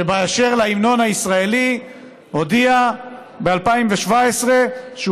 שבאשר להמנון הישראלי הודיע ב-2017 שהוא